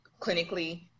Clinically